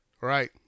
right